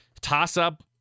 Toss-up